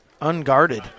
Unguarded